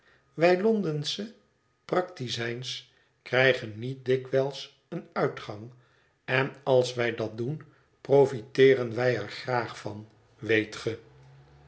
londensche praktizijns krijgen niet dikwijls een uitgang en als wij dat doen proüteeren wij er graag van weet ge